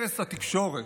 הרס התקשורת,